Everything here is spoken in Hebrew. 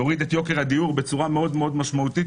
יוריד את יוקר הדיור בצורה מאוד מאוד משמעותית,